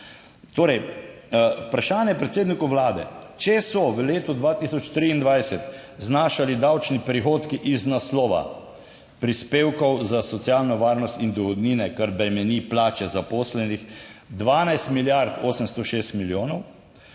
torej vprašanje predsedniku Vlade: Če so v letu 2023 znašali davčni prihodki iz naslova prispevkov za socialno varnost in dohodnine, kar bremeni plače zaposlenih, 12 milijard 806 milijonov,